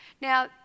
Now